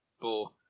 Bo